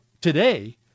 today